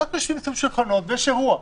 יושבים סביב שולחנות ויש אירוע.